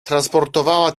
transportowała